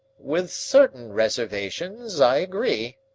with certain reservations, i agree,